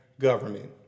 government